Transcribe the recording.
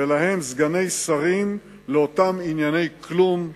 ולהם סגני שרים לאותם ענייני כלום,